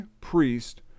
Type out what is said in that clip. priest